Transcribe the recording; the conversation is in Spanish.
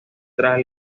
tras